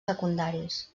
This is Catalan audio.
secundaris